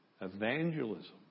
evangelism